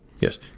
Yes